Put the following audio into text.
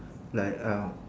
like uh